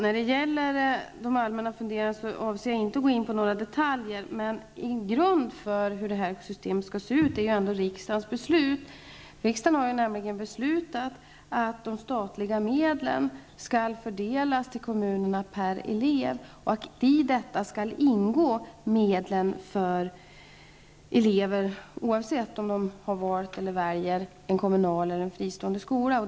Herr talman! Jag avser inte att gå in på några detaljer. Grunden för systemet är ändock riksdagens beslut. Riksdagen har nämligen beslutat att de statliga medlen skall fördelas till kommunerna per elev. I detta skall det ingå medel för elever oavsett om de har valt eller väljer en kommunal eller fristående skola.